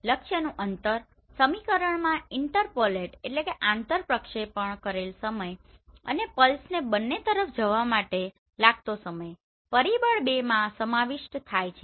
લક્ષ્યનું અંતર સમીકરણમાં ઇન્ટરપોલેટInterpolateઆંતરપ્રક્ષેપણ કરેલ સમય અને પલ્સને બંને તરફ જવા માટે લાગતો સમય પરિબળ 2માં સમાવિષ્ટ થાય છે